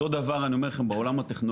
אותו דבר אני אומר לך גם בעולם הטכנולוגי.